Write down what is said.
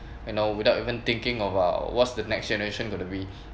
you know without even thinking about what's the next generation will agree